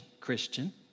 Christian